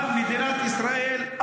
אבל מדינת ישראל,